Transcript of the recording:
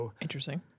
Interesting